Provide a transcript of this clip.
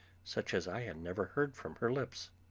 such as i had never heard from her lips